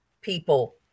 people